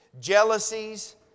jealousies